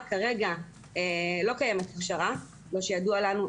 כרגע לא קיימת הכשרה כמו שידוע לנו,